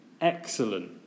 excellent